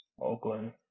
Oakland